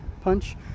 punch